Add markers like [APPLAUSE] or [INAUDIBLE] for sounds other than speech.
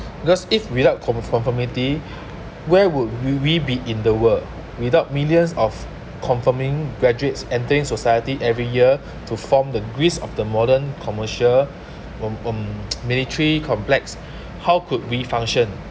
because if without conformity where would will we be in the world without millions of conforming graduates entering society every year to form the grease of the modern commercial um um [NOISE] military complex how could we function